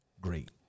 Great